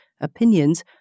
opinions